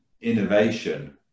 innovation